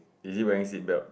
is it wearing seatbelt